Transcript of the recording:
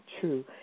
true